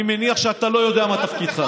אני מניח שאתה לא יודע מה תפקידך.